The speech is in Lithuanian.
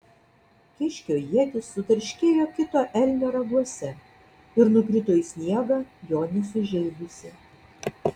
kiškio ietis sutarškėjo kito elnio raguose ir nukrito į sniegą jo nesužeidusi